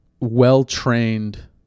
well-trained